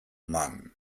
mann